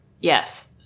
yes